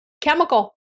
Chemical